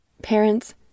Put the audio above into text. Parents